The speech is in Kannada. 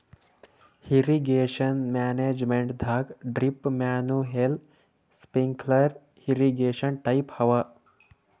ಇರ್ರೀಗೇಷನ್ ಮ್ಯಾನೇಜ್ಮೆಂಟದಾಗ್ drip manual sprinkler irrigation type ಅವ